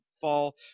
fall